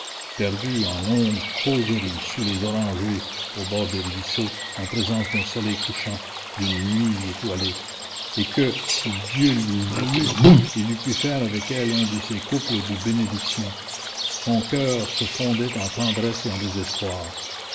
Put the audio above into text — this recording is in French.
perdus en longues causeries sous les orangers au bord des ruisseaux en présence d'un soleil couchant d'une nuit étoilée et que si dieu l'eût voulu il eût pu faire avec elle un de ces couples de bénédiction son coeur se fondait en tendresse et en désespoir